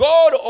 God